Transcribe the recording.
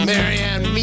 Marianne